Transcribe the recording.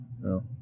No